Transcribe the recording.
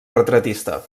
retratista